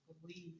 believe